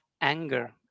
anger